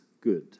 good